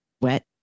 wet